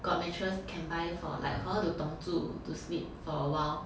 got mattress can buy for like for her to dong 住 to sleep for awhile